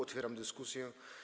Otwieram dyskusję.